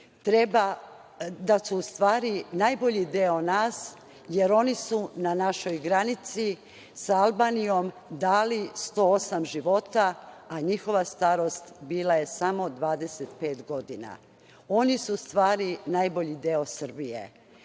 otadžbinu u stvari najbolji deo nas, jer oni su na našoj granici sa Albanijom dali 108 života, a njihova starost bila je samo 25 godina. Oni su u stvari najbolji deo Srbije.